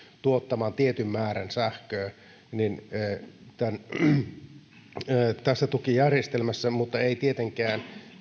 tuottamaan tietyn määrän sähköä tässä tukijärjestelmässä mutta se ei tietenkään